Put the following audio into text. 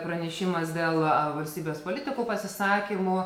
pranešimas dėl valstybės politikų pasisakymų